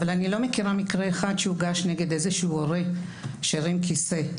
אבל אני לא מכירה מקרה אחד שהוגש נגד איזשהו הורה שהרים כיסא,